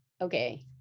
okay